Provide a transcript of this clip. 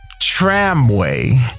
tramway